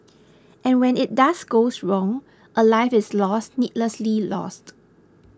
and when it does goes wrong a life is lost needlessly lost